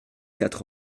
quatre